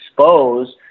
expose